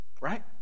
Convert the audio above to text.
Right